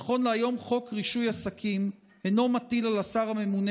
נכון להיום חוק רישוי עסקים אינו מטיל על השר הממונה